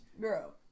Girl